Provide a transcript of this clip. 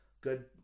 Good